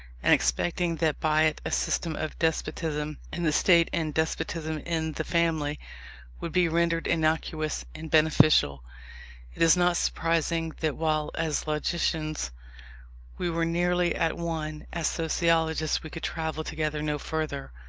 and expecting that by it a system of despotism in the state and despotism in the family would be rendered innocuous and beneficial it is not surprising, that while as logicians we were nearly at one, as sociologists we could travel together no further.